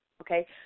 okay